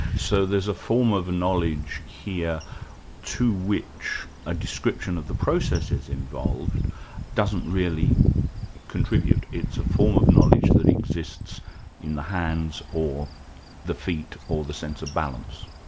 so there's a form of knowledge here to which a description of the processes involved doesn't really contribute. it's a form of knowledge that exists in the hands or the feet or the sense of balance?